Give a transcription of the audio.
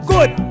Good